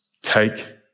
Take